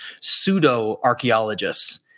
pseudo-archaeologists